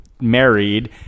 Married